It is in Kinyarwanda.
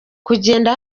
kugenda